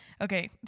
Okay